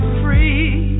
free